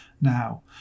now